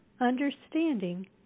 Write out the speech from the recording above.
understanding